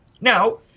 Now